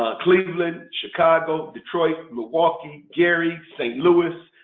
cleveland, chicago, detroit, milwaukee, gary, st. louis,